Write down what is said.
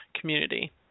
community